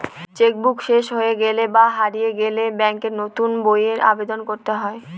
check book শেষ হলে বা হারিয়ে গেলে ব্যাঙ্কে নতুন বইয়ের আবেদন করতে হয়